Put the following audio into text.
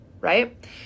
right